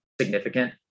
significant